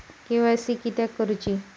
KYC किदयाक करूची?